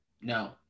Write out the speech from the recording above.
no